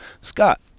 Scott